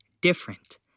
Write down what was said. different